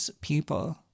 people